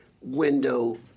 window